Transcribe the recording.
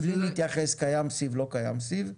מבלי להתייחס האם קיים סיב או לא קיים סיב,